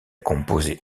composé